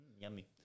Yummy